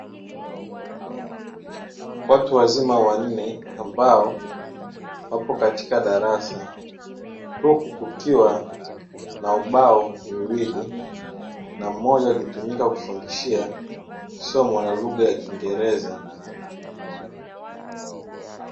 Watu wazima wanne ambao wapo katika darasa, huku kukiwa na ubao miwili na mmoja ukitumika kufundishia somo la lugha ya kingereza.